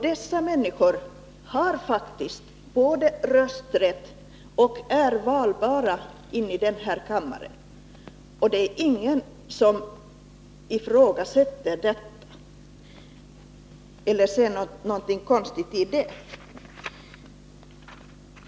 Dessa människor är faktiskt både 35 röstberättigade och valbara till den här kammaren, och ingen ifrågasätter detta eller ser någonting konstigt i det.